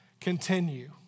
continue